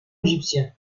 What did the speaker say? égyptien